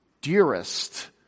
dearest